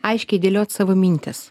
aiškiai dėliot savo mintis